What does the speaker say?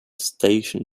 station